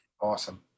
awesome